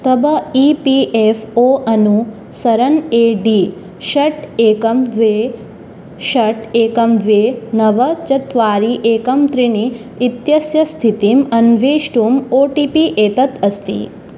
तव E P F O अनुसरणं A D षट् एकं द्वे षट् एकं द्वे नव चत्वारि एकं त्रीणि इत्यस्य स्थितिम् अन्वेष्टुम् ओ टी पि एतत् अस्ति